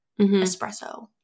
espresso